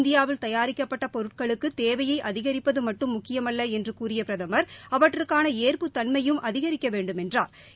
இந்தியாவில் தயாரிக்கப்பட்ட பொருட்களுக்கு தேவையை அதிகரிப்பது மட்டும் முக்கியமல்ல என்று கூறிய பிரதமா் அவற்றுக்கான ஏற்புத்தன்மையும் அதிகரிக்க வேண்டும் என்றாா்